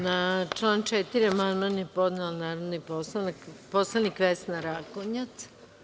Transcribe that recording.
Na član 4. amandman je podneo narodni poslanik Vesna Rakonjac.